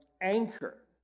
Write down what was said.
anchor